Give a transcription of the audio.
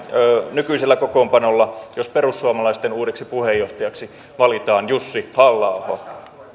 nykyisellä kokoonpanolla jos perussuomalaisten uudeksi puheenjohtajaksi valitaan jussi halla aho